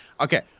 Okay